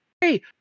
Hey